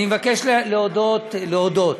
אני מבקש להודות, להודות?